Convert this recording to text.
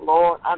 Lord